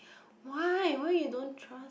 why why you don't trust